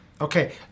Okay